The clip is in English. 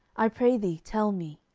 i pray thee, tell me.